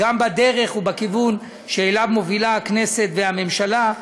גם בדרך ובכיוון שאליו מובילות הכנסת והממשלה.